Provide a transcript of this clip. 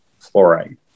fluoride